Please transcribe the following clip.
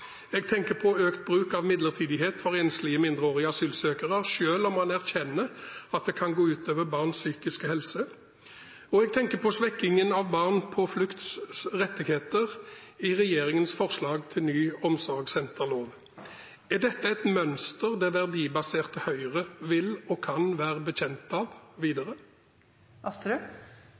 Jeg tenker på økt bruk av midlertidighet for enslige mindreårige asylsøkere selv om en erkjenner at det kan gå ut over barns psykiske helse, og jeg tenker på svekkingen av rettighetene til barn på flukt i regjeringens forslag til ny omsorgssenterlov. Er dette et mønster det verdibaserte Høyre vil og kan være bekjent av